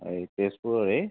এই তেজপুৰৰেই